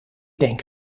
denk